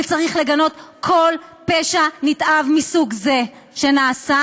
וצריך לגנות כל פשע נתעב מסוג זה שנעשה,